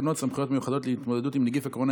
תקנות סמכויות מיוחדות להתמודדות עם נגיף הקורונה